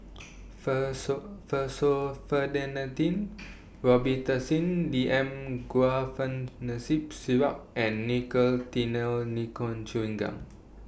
Robitussin D M Guaiphenesin Syrup and Nicotinell Nicotine Chewing Gum